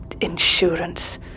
insurance